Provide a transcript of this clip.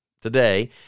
Today